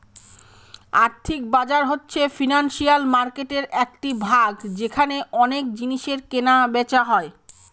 আর্থিক বাজার হচ্ছে ফিনান্সিয়াল মার্কেটের একটি ভাগ যেখানে অনেক জিনিসের কেনা বেচা হয়